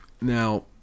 Now